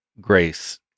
grace